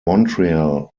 montreal